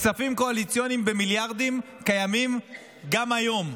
כספים קואליציוניים במיליארדים קיימים גם היום,